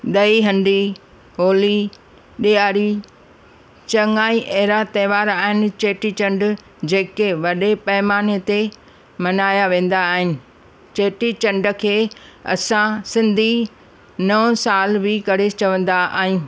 ॾही हंडी होली ॾियारी चङा ई अहिड़ा त्योहार आहिनि चेटी चंड जेके वॾे पैमाने ते मनाया वेंदा आहिनि चेटी चंड खे असां सिंधी नओं साल बि करे चवंदा आहियूं